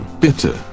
Bitte